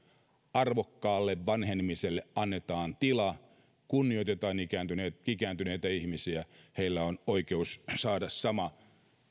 arvokkaalle vanhenemiselle annetaan tila ja kunnioitetaan ikääntyneitä ihmisiä heillä on oikeus saada samat